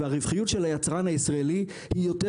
הרווחיות של היצרן הישראלי היא יותר